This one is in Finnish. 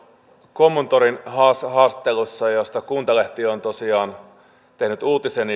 kommuntorgetin haastattelussa josta kuntalehti on tosiaan tehnyt uutisen